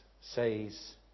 says